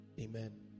amen